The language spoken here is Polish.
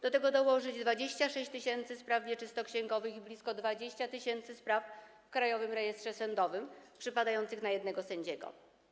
Do tego trzeba dołożyć 26 tys. spraw wieczystoksięgowych i blisko 20 tys. spraw w Krajowym Rejestrze Sądowym przypadających na jednego sędziego.